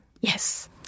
Yes